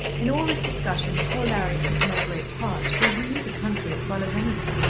in all this discussion poor larry took no great part though he knew the country as well as any one.